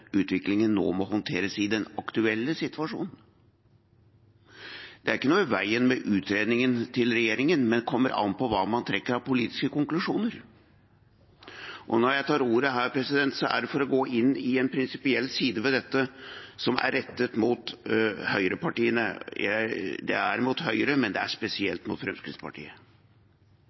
utviklingen nå må håndteres i den aktuelle situasjonen. Det er ikke noe i veien med utredningen til regjeringen, men det kommer an på hva man trekker av politiske konklusjoner. Når jeg tar ordet her, er det for å gå inn i en prinsipiell side ved dette som er rettet mot høyrepartiene. Det er mot Høyre, men det er spesielt mot Fremskrittspartiet.